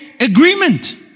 agreement